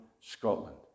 Scotland